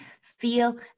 feel